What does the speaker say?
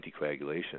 anticoagulation